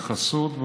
התייחסות,